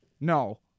no